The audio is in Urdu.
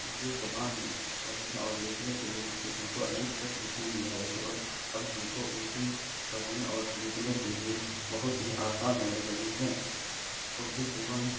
اردو زبان میں پڑھنے اور لکھنے کے لیے ان کو الف تک لکھنے نہیں آ رہی تھی اور اب ہم کو اردو پڑھنے اور لکھنے کے لیے بہت ہی آسان ہونے لگی ہے اردو زبان